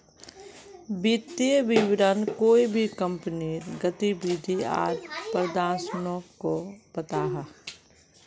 वित्तिय विवरण कोए भी कंपनीर गतिविधि आर प्रदर्शनोक को बताहा